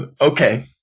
okay